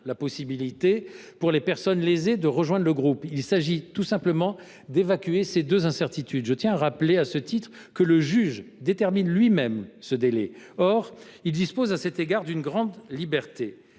la possibilité pour les personnes lésées de rejoindre le groupe, mais tout simplement d’évacuer ces deux incertitudes. Je tiens à rappeler, à ce titre, que le juge détermine lui même ce délai. Or il dispose à cet égard d’une grande liberté,